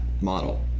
model